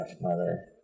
Mother